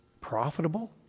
profitable